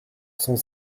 cent